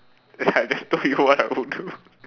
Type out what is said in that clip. it's like I just told you what I will do